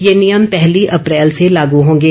ये नियम पहली अप्रैल से लागू होंगे